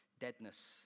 Deadness